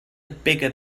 bigger